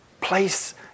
place